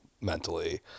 mentally